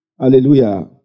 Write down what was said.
Hallelujah